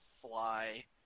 fly